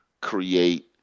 Create